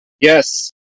Yes